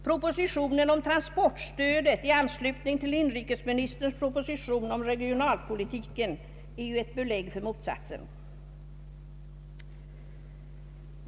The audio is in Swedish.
Förslaget om transportstöd i anslutning till inrikesministerns proposition om regionalpolitiken är ett belägg för motsatsen.